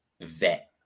vet